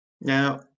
now